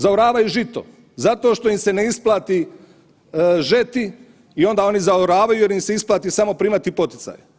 Zaoravaju žito zato što im se ne isplati žeti i onda oni zaoravaju jer im se isplati samo primati poticaje.